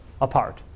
apart